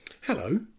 Hello